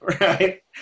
right